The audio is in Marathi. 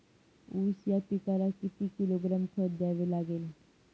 ऊस या पिकाला किती किलोग्रॅम खत द्यावे लागेल?